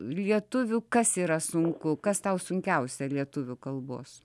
lietuvių kas yra sunku kas tau sunkiausia lietuvių kalbos